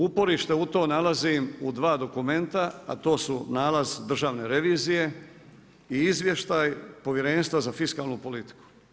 Uporište u tome nalazim u dva dokumenta, a to su nalaz Državne revizije i izvještaj Povjerenstva za fiskalnu politiku.